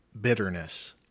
bitterness